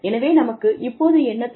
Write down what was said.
எனவே நமக்கு இப்போது என்ன தேவை